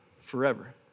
forever